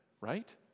right